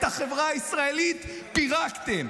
את החברה הישראלית פירקתם,